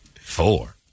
Four